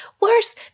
Worse